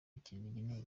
gikeneye